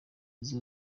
nzu